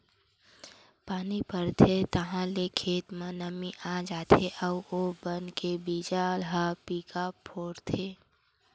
पानी परथे ताहाँले खेत म नमी आ जाथे अउ ओ बन के बीजा ह पीका फोरथे